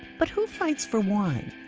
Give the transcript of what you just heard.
but who fights for wine?